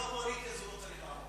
אם זה לא פוליטי, הוא לא צריך